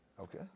Okay